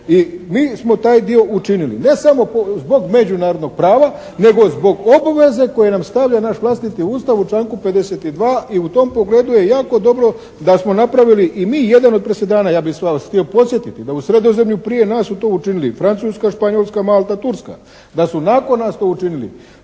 I mi smo taj dio učinili, ne samo zbog međunarodnog prava nego zbog obaveze koju nam stavlja naš vlastiti Ustav u članku 52. i u tom pogledu je jako dobro da smo napravili i mi jedan od presedana. Ja bih vas htio podsjetiti da u Sredozemlju prije nas su to učinili Francuska, Španjolska, Malta, Turska, da su nakon nas to učinili